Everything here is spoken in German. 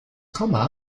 komma